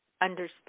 understood